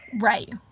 Right